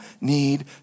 need